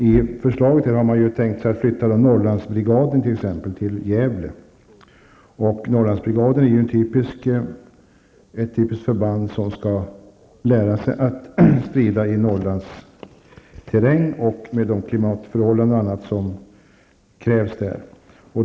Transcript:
Enligt förslaget har man tänkt sig att flytta Norrlandsbrigaden till Gävle. Norrlandsbrigaden är ett typiskt förband som skall lära sig att strida i Norrlandsterräng, med de klimatförhållanden och annat som där råder.